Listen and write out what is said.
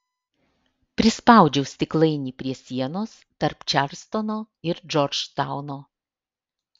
prispaudžiau stiklainį prie sienos tarp čarlstono ir džordžtauno